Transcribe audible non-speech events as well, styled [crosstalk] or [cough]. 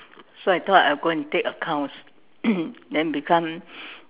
so I thought I go and take accounts [coughs] then become